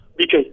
BK